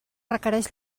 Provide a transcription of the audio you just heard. requereix